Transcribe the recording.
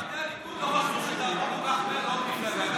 גם מתפקדי הליכוד לא חשבו שתעבור כל כך מהר לעוד מפלגה.